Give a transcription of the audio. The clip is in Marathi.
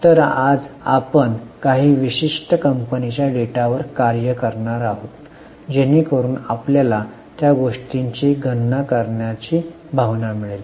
तर आज आपण काही विशिष्ट कंपनीच्या डेटावर कार्य करणार आहोत जेणेकरुन आपल्याला त्या गोष्टींची गणना करण्याची भावना मिळेल